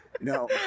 no